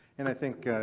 and i think, ah.